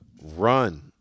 run –